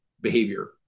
behavior